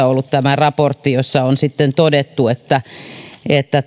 ollut tämä puolustusministeriön mietintö jossa on sitten todettu että että